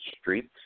streets